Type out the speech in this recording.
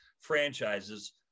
franchises